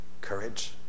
courage